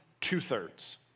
two-thirds